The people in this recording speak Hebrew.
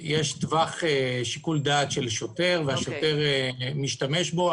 יש טווח שיקול דעת של שוטר והשוטר משתמש בו.